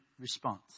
response